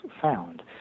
found